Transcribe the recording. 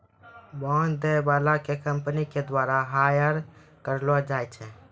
bond दै बाला के कंपनी के द्वारा हायर करलो जाय छै